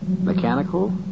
Mechanical